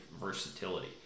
versatility